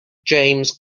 james